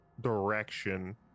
direction